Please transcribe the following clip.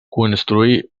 construir